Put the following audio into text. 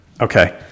okay